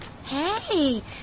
Hey